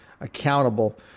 accountable